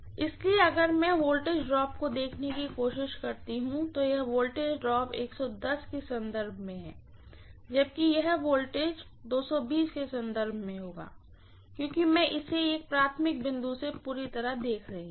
इसलिए अगर मैं वोल्टेज ड्रॉप को देखने की कोशिश करती हूँ तो यह वोल्टेज ड्रॉप V के संदर्भ में है जबकि यह वोल्टेज ड्रॉप V के संदर्भ में होगा क्योंकि एक मैं इसे प्राइमरी बिंदु से पूरी तरह से देख रही हूँ